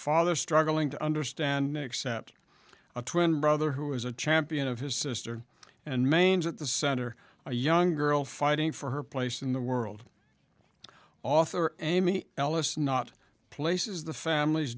father struggling to understand except a twin brother who was a champion of his sister and manes at the center a young girl fighting for her place in the world author amie ellis not places the famil